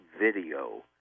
video